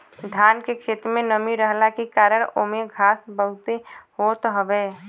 धान के खेत में नमी रहला के कारण ओमे घास बहुते होत हवे